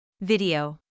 Video